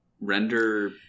render